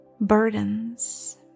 burdens